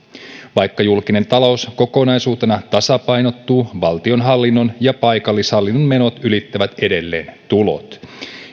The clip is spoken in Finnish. vaikka julkinen talous kokonaisuutena tasapainottuu valtionhallinnon ja paikallishallinnon menot ylittävät edelleen tulot